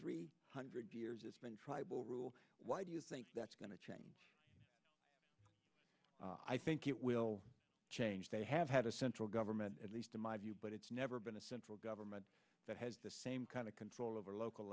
three hundred years it's been tribal rule why do you think that's going to change i think it will change they have had a central government at least in my view but it's never been a central government that has the same kind of control over local